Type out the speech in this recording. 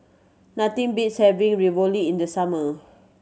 nothing beats having Ravioli in the summer